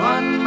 One